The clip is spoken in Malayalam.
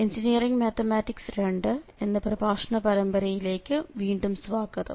എൻജിനീയറിങ് മാത്തമാറ്റിക്സ് II എന്ന പ്രഭാഷണ പരമ്പരയിലേക്ക് വീണ്ടും സ്വാഗതം